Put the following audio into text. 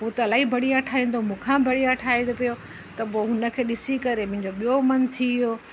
हू त इलाही बढ़िया ठाहींदो मूंखां इलाही बढ़िया ठाहे पियो त पोइ हुनखे ॾिसी करे मुंहिंजो ॿियो मन थी वियो